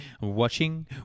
watching